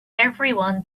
everyone